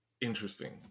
interesting